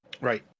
Right